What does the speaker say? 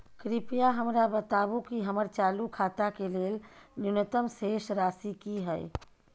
कृपया हमरा बताबू कि हमर चालू खाता के लेल न्यूनतम शेष राशि की हय